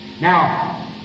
Now